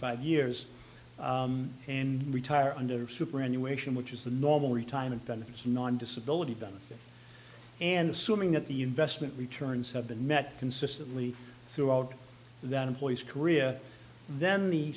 five years and retire under superannuation which is the normal retirement benefits non disability benefit and assuming that the investment returns have been met consistently throughout that employee's career then the